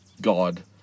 God